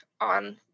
on